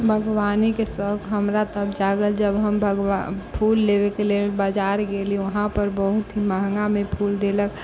बागवानीके शौक हमरा तब जागल जब हम बगवा फूल लेबैके लेल बजार गेली वहाँपर बहुत ही महगामे फूल देलक